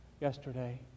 Yesterday